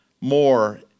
more